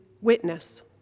witness